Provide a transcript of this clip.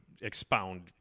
expound